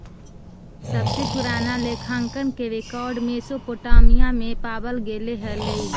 सबसे पूरान लेखांकन के रेकॉर्ड मेसोपोटामिया में पावल गेले हलइ